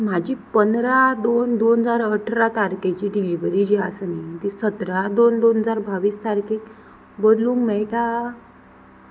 म्हाजी पंदरा दोन दोन हजार अठरा तारकेची डिलिव्हरी जी आसा न्ही ती सतरा दोन दोन हजार बावीस तारखेक बदलूंक मेळटा